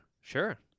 sure